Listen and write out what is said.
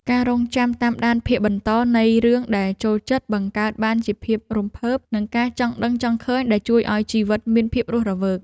ការរង់ចាំតាមដានភាគបន្តនៃរឿងដែលចូលចិត្តបង្កើតបានជាភាពរំភើបនិងការចង់ដឹងចង់ឃើញដែលជួយឱ្យជីវិតមានភាពរស់រវើក។